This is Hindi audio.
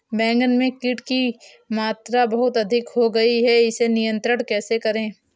बैगन में कीट की मात्रा बहुत अधिक हो गई है इसे नियंत्रण कैसे करें?